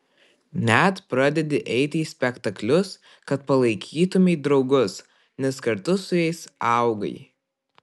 net pradedi eiti į spektaklius kad palaikytumei draugus nes kartu su jais augai